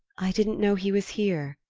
i didn't know he was here,